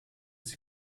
sie